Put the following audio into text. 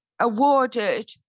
awarded